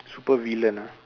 supervillain ah